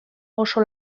oso